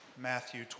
Matthew